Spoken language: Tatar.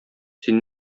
син